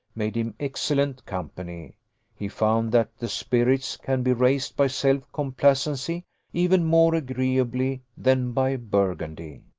made him excellent company he found that the spirits can be raised by self-complacency even more agreeably than by burgundy.